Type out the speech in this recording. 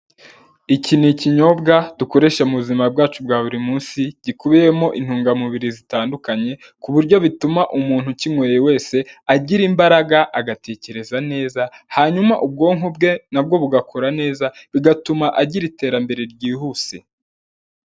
Iki ni ikinyobwa dukoresha mu buzima bwacu bwa buri munsi, gikubiyemo intungamubiri zitandukanye ku buryo bituma umuntu ukinyweye buri munsi agira imbaraga agatekereza neza hanyuma ubwonko bwe nabwo bugakora neza bigatuma agira iterambere ryihuse.